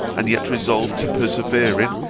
and yet resolve to persevere in,